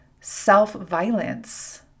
self-violence